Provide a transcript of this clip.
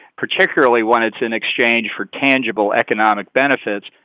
particularly when it's in exchange for tangible economic benefits.